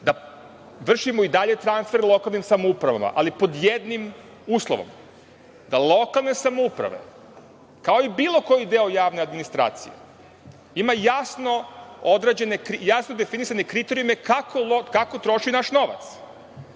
da vršimo i dalje transfer lokalnim samoupravama, ali pod jednim uslovom, da lokalne samouprave, kao i bilo koji deo javne administracije, ima jasno definisane kriterijume kako troši naš novac.